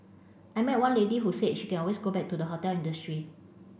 I met one lady who said she can always go back to the hotel industry